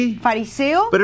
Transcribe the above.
Fariseo